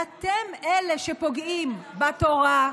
אתם אלה שפוגעים בתורה,